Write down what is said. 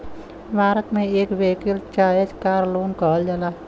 भारत मे एके वेहिकल चाहे कार लोन कहल जाला